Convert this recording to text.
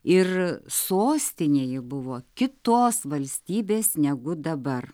ir sostinėje buvo kitos valstybės negu dabar